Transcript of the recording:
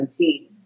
2017